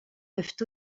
peuvent